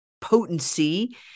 potency